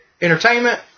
entertainment